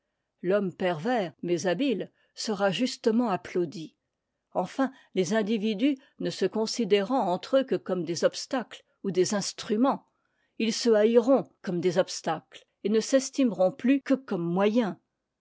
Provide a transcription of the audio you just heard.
l'homme pervers mais habile sera justement applaudi enfin les individus ne se considérant entre eux que comme des obstacles ou des instruments ils se haïront comme des obstacles et ne s'estimeront plus que comme moyens